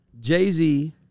Jay-Z